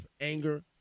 anger